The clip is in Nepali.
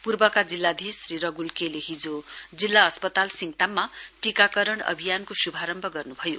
पूर्वाका जिल्लाधीश श्री रगुल के ले हिजो जिल्ला अस्पताल सिङताममा टीकाकरण अभियानको शुभारम्भ गर्नुभयो